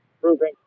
proving